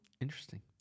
Interesting